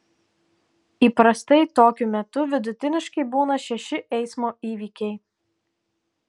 įprastai tokiu metu vidutiniškai būna šeši eismo įvykiai